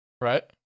Right